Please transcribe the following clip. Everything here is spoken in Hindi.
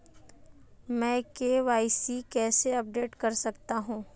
मैं के.वाई.सी कैसे अपडेट कर सकता हूं?